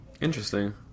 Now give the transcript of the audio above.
Interesting